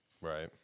Right